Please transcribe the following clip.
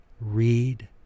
Read